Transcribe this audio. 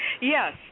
Yes